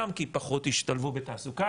גם כי פחות הם השתלבו בתעסוקה,